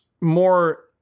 more